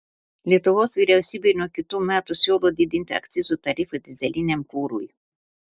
lietuvos vyriausybė nuo kitų metų siūlo didinti akcizų tarifą dyzeliniam kurui